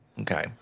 Okay